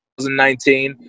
2019